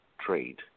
trade